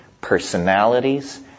personalities